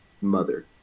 mother